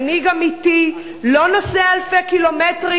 מנהיג אמיתי לא נוסע אלפי קילומטרים